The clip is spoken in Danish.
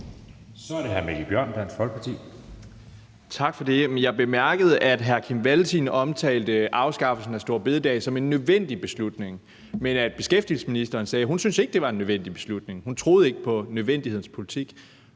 Så er det hr. Mikkel Bjørn, Dansk Folkeparti. Kl. 19:05 Mikkel Bjørn (DF): Tak for det. Jeg bemærkede, at hr. Kim Valentin omtalte afskaffelsen af store bededag som en nødvendig beslutning, men at beskæftigelsesministeren sagde, at hun ikke syntes, det var en nødvendig beslutning; hun troede ikke på nødvendighedens politik.